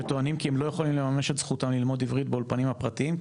שטוענים כי הם לא יכולים לממש את זכותם ללמוד עברית באולפנים הפרטיים,